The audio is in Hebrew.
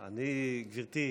הייתי.